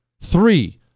Three